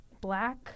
black